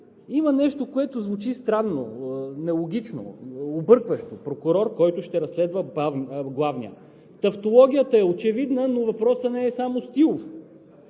има нещо, което звучи странно, нелогично, объркващо. Прокурор, който ще разследва главния! Тавтологията е очевидна, но въпросът не е само стилов.